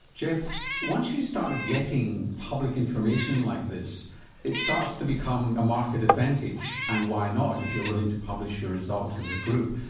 geoff once you start getting public information like this it starts to become a market advantage and why not if you're willing to publish your results as a group.